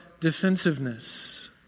defensiveness